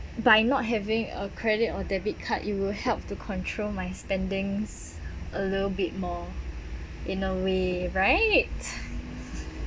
by not having a credit or debit card it will help to control my spendings a little bit more in a way right